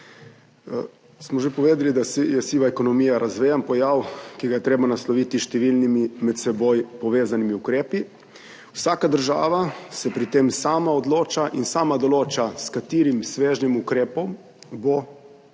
Smo že povedali, da je siva ekonomija razvejan pojav, ki ga je treba nasloviti s številnimi med seboj povezanimi ukrepi. Vsaka država se pri tem sama odloča in sama določa, s katerim svežnjem ukrepov bo ta